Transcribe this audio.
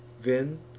then,